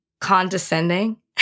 condescending